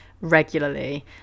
regularly